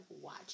watch